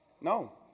No